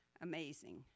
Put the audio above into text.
amazing